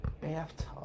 bathtub